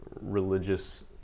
religious